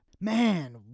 Man